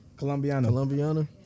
Colombiana